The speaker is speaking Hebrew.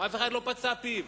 אף אחד לא פצה את פיו.